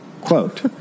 quote